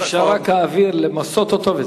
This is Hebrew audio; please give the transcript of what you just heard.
נשאר רק האוויר, למסות אותו וזהו.